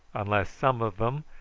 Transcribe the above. unless some of em,